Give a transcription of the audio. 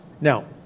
Now